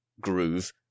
groove